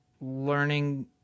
learning